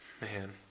man